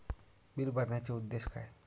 Bill भरण्याचे उद्देश काय?